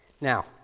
Now